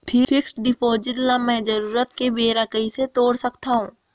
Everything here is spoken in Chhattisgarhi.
फिक्स्ड डिपॉजिट ल मैं जरूरत के बेरा कइसे तोड़ सकथव?